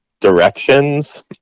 directions